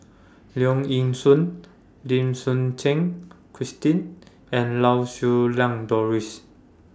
Leong Yee Soo Lim Suchen Christine and Lau Siew Lang Doris